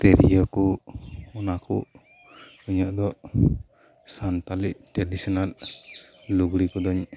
ᱛᱨᱤᱭᱳ ᱠᱩ ᱚᱱᱟ ᱠᱚ ᱤᱧᱟᱜ ᱫᱚ ᱥᱟᱱᱛᱟᱞᱤ ᱴᱮᱰᱤᱥᱮᱱᱟᱞ ᱞᱩᱜᱽᱲᱤ ᱠᱚᱫᱩᱧ